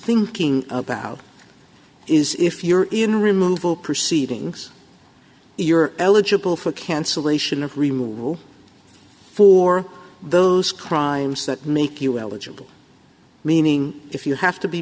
thinking about is if you're in removal proceedings you're eligible for cancellation of removal for those crimes that make you eligible meaning if you have to be